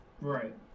Right